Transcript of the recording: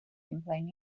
complain